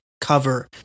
cover